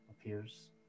appears